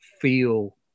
feel